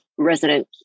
Resident